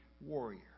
warrior